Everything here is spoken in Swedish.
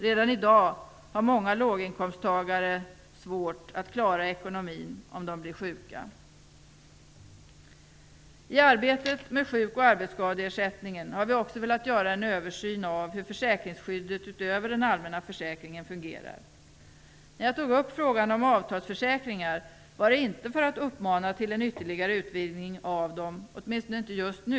Redan i dag har många låginkomsttagare svårt att klara ekonomin om de blir sjuka. I arbetet med sjuk och arbetsskadeersättningen har vi också velat göra en översyn av hur försäkringsskyddet utöver den allmänna försäkringen fungerar. När jag tog upp frågan om avtalsförsäkringar, var det inte för att uppmana till en ytterligare utvidgning av dem - åtminstone inte just nu.